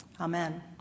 Amen